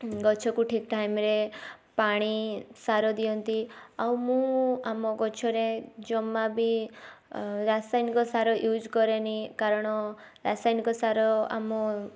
ଗଛକୁ ଠିକ୍ ଟାଇମ୍ ରେ ପାଣି ସାର ଦିଅନ୍ତି ଆଉ ମୁଁ ଆମ ଗଛରେ ଜମା ବି ରାସାୟନିକ ସାର ୟୁଜ୍ କରେନି କାରଣ ରାସାୟନିକ ସାର ଆମ